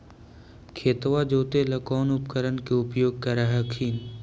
खेतबा जोते ला कौन उपकरण के उपयोग कर हखिन?